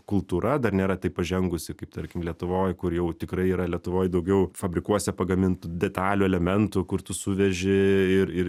kultūra dar nėra taip pažengusi kaip tarkim lietuvoj kur jau tikrai yra lietuvoj daugiau fabrikuose pagamintų detalių elementų kur tu suveži ir ir